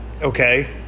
Okay